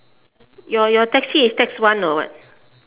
your your taxi is tax one or what